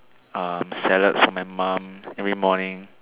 um salads for my mom every morning